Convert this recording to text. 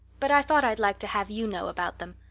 but i thought i'd like to have you know about them.